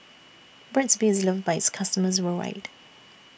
Burt's Bee IS loved By its customers worldwide